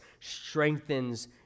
strengthens